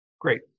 Great